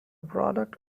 product